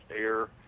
air